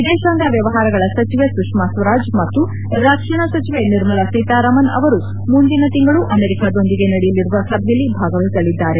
ವಿದೇಶಾಂಗ ವ್ಯವಹಾರಗಳ ಸಚಿವೆ ಸುಷ್ಮಾ ಸ್ವರಾಜ್ ಮತ್ತು ರಕ್ಷಣಾ ಸಚಿವೆ ನಿರ್ಮಲಾ ಸೀತರಾಮನ್ ಅವರು ಮುಂದಿನ ತಿಂಗಳು ಅಮೆರಿಕಾದೊಂದಿಗೆ ನಡೆಯಲಿರುವ ಸಭೆಯಲ್ಲಿ ಭಾಗವಹಿಸಲಿದ್ದಾರೆ